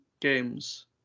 games